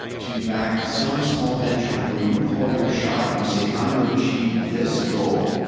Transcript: to back some small venture where you call your shot and you say i am going to achieve this goal,